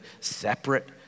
separate